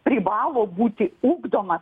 privalo būti ugdoma